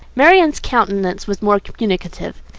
marianne's countenance was more communicative.